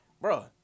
bro